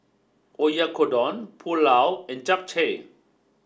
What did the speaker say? Oyakodon Pulao and Japchae